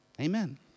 Amen